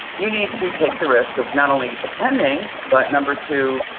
you need to take the risk of not only attending but number two,